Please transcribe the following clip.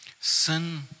Sin